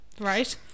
Right